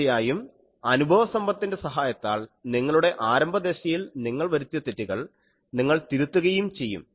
തീർച്ചയായും അനുഭവസമ്പത്തിന്റെ സഹായത്താൽ നിങ്ങളുടെ ആരംഭദശയിൽ നിങ്ങൾ വരുത്തിയ തെറ്റുകൾ നിങ്ങൾ തിരുത്തുകയും ചെയ്യും